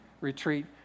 retreat